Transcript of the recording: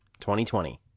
2020